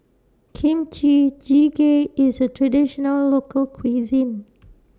Kimchi Jjigae IS A Traditional Local Cuisine